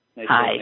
Hi